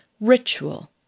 Ritual